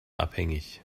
abhängig